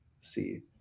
See